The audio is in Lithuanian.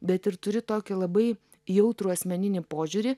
bet ir turi tokį labai jautrų asmeninį požiūrį